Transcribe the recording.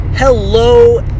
Hello